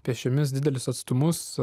pėsčiomis didelius atstumus